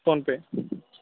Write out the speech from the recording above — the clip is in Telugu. ఫోన్పే